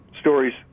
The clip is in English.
stories